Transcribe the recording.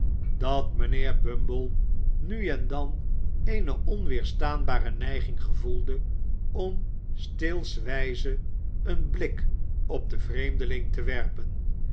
dat mijnheer bumble nu en dan eene onweerstaanbare neiging gevoelde om steelswijze een blik op den vreemdeling te werpen